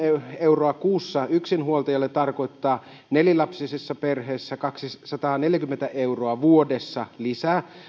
euroa kuussa yksihuoltajalle tarkoittaa nelilapsisessa perheessä kaksisataaneljäkymmentä euroa vuodessa lisää